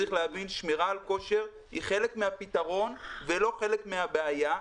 צריך להבין ששמירה על כושר היא חלק מהפתרון ולא חלק מהבעיה.